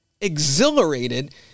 exhilarated